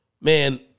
man